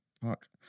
Park